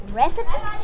recipe